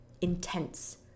intense